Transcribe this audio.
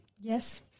Yes